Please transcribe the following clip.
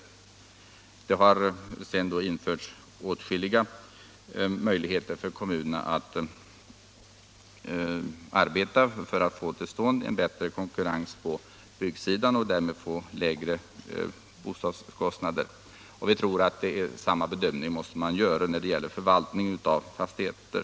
Sedan har det införts åtskilliga möjligheter för kommunerna att få till stånd en bättre konkurrens på byggsidan och därmed få lägre bostadskostnader. Vi tror att samma bedömning måste göras när det gäller förvaltning av fastigheter.